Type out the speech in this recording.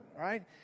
right